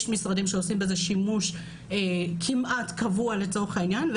יש משרדים שעושים בזה שימוש כמעט קבוע לצורך העניין,